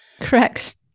Correct